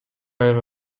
айга